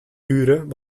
uren